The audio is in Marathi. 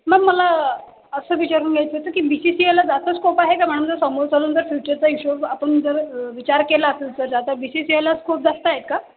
अच्छा अच्छा मॅम मला असं विचारून घ्यायचं होतं कीबी सी सी एला जास्त स्कोप आहे का फ्युचरचा हिशोब आपण जर विचार केला तर आताबी सी सी एला स्कोप जास्त आहे का